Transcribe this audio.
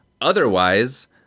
otherwise